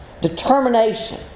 determination